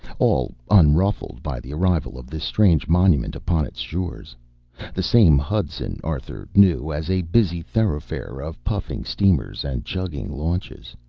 all unruffled by the arrival of this strange monument upon its shores the same hudson arthur knew as a busy thoroughfare of puffing steamers and chugging launches.